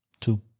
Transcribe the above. Two